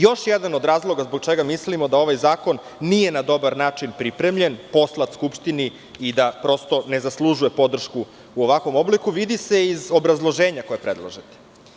Još jedan od razloga zbog čega mislimo da ovaj zakon nije na dobar način pripremljen, poslat Skupštini i da ne zaslužuje podršku o ovakvom obliku, vidi se iz obrazloženja koje predlažete.